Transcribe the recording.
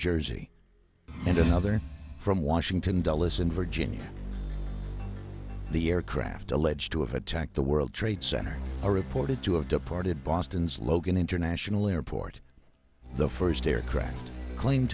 jersey and another from washington dulles in virginia the aircraft alleged to have attacked the world trade center are reported to have departed boston's logan international airport the first aircraft claim